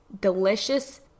delicious